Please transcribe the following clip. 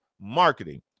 marketing